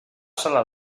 sala